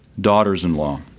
daughters-in-law